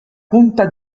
punta